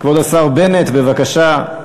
כבוד השר בנט, בבקשה.